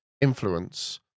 influence